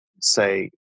say